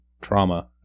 Trauma